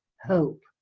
hope